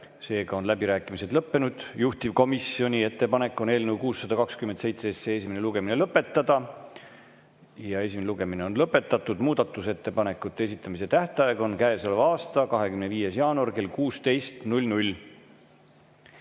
seega on läbirääkimised lõppenud. Juhtivkomisjoni ettepanek on eelnõu 627 esimene lugemine lõpetada. Esimene lugemine on lõpetatud. Muudatusettepanekute esitamise tähtaeg on käesoleva aasta 25. jaanuar kell 16.